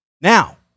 Now